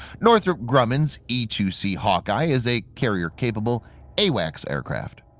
northrop grumman's e two c hawkeye is a carrier-capable awacs aircraft.